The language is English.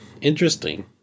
Interesting